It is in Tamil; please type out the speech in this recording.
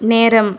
நேரம்